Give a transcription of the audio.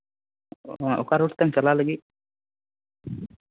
ᱚᱠᱟ ᱨᱳᱰ ᱛᱮᱢ ᱪᱟᱞᱟᱜ ᱞᱟᱹᱜᱤᱫ